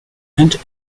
and